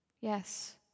Yes